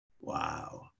Wow